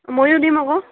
ময়ো দিম আকৌ